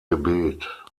gebet